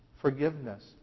forgiveness